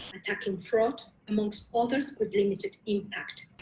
attacking fraud, amongst others, with limited impact.